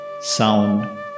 sound